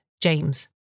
James